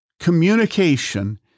Communication